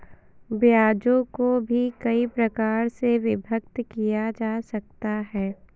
ब्याजों को भी कई प्रकार से विभक्त किया जा सकता है